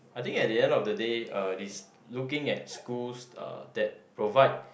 I think at the end of the day uh it's looking at schools that provide